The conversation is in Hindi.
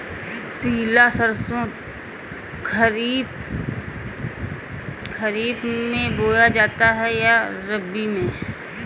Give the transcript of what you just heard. पिला सरसो खरीफ में बोया जाता है या रबी में?